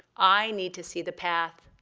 i need to see the path.